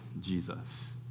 Jesus